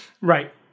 Right